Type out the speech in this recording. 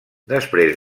després